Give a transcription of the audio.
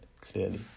clearly